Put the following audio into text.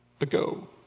ago